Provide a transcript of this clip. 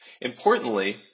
Importantly